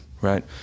right